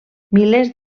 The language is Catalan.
milers